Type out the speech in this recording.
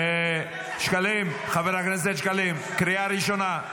--- שקלים, חבר הכנסת שקלים, קריאה ראשונה.